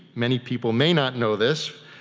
many people may not know this,